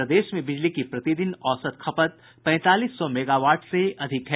प्रदेश में बिजली की प्रतिदिन औसत खपत पैंतालीस सौ मेगावाट से अधिक है